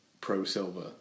pro-silver